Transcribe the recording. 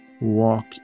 walk